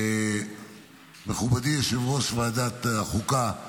מכובדי יושב-ראש ועדת החוקה,